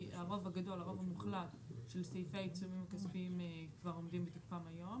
הרוב המוחלט של סעיפי העיצומים הכספיים הם כבר עומדים בתוקפם היום,